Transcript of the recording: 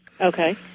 Okay